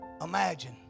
imagine